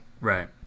Right